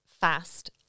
fast